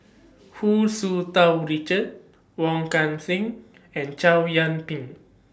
Hu Tsu Tau Richard Wong Kan Seng and Chow Yian Ping